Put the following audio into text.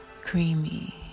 Creamy